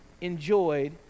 enjoyed